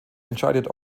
entscheidet